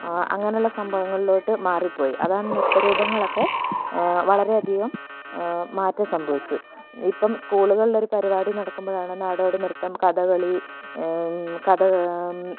അങ്ങനെയുള്ള സംഭവങ്ങളിലോട്ട് മാറിപ്പോയി അതാണ് നൃത്തരൂപങ്ങളൊക്കെ വളരെയധികം മാറ്റം സംഭവിച്ചു ഇപ്പം സ്കൂളുകളിലൊരു പരിപാടി നടക്കുമ്പോഴാണ് നാടോടി നൃത്തം കഥകളി കഥ